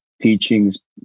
teachings